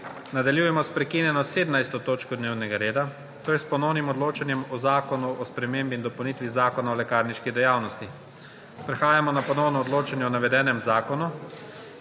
Nadaljujemo s prekinjeno17. točko dnevnega reda, to je s ponovnim odločanjem o Zakonu o spremembi in dopolnitvi Zakona o lekarniški dejavnosti. Prehajamo na ponovno odločanje o navedenem zakonu.